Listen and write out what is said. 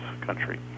country